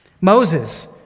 Moses